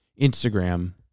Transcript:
Instagram